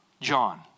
John